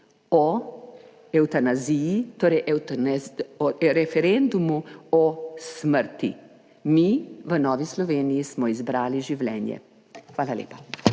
o evtanaziji. Torej, o referendumu o smrti. Mi v Novi Sloveniji smo izbrali življenje. Hvala lepa.